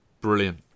Brilliant